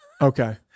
Okay